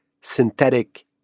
synthetic